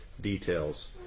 details